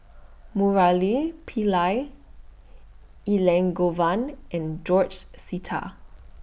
Murali Pillai Elangovan and George Sita